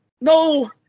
No